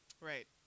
Right